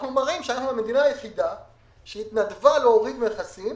אנחנו מראים שאנחנו המדינה היחידה שהתנדבה להוריד מכסים,